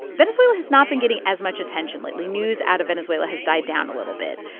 venezuela has not been getting as much attention lately. news out of venezuela has died down a little bit.